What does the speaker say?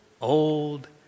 old